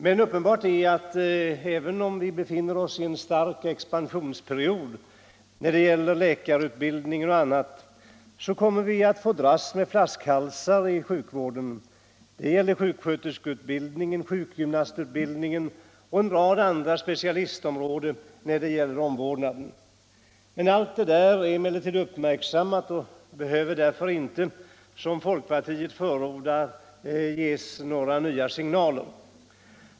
Men uppenbart är att även om vi befinner oss i en stark expansionsperiod när det gäller läkarutbildning och annat får vi dras med flaskhalsar i sjukvården. Sådana är sjuksköterskeutbildningen, sjukgymnastutbildningen och en rad andra specialistområden när det gäller omvårdnaden. Allt detta är uppmärksammat och man behöver därför inte, som folkpartiet förordar, ge nya signaler.